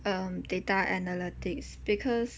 um data analytics because